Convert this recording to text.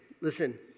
Listen